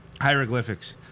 Hieroglyphics